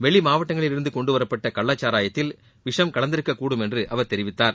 வெளிமாவட்டங்களில் இருந்து கொண்டுவரப்பட்ட கள்ளக்சாராயத்தில் விஷம் கலந்திருக்கக்கூடும் என்று அவர் தெரிவித்தார்